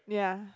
ya